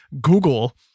Google